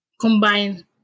combine